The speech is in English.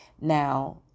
now